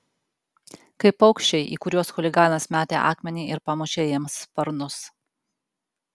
kaip paukščiai į kuriuos chuliganas metė akmenį ir pamušė jiems sparnus